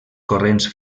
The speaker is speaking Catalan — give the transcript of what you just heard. corrents